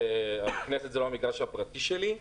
כאן, הכנסת זה לא המגרש הפרטי והטבעי שלי.